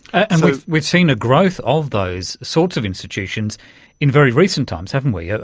and we've we've seen a growth of those sorts of institutions in very recent times, haven't we, yeah